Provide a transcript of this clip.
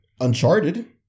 Uncharted